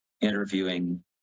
interviewing